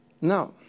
Now